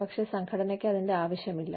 പക്ഷേ സംഘടനയ്ക്ക് അതിന്റെ ആവശ്യമില്ല